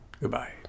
Goodbye